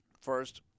first